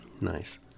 Nice